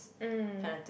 mm